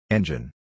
Engine